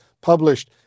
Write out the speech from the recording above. published